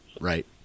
Right